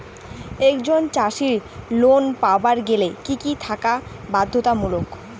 একজন চাষীর লোন পাবার গেলে কি কি থাকা বাধ্যতামূলক?